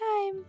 time